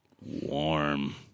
warm